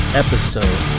episode